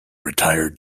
retired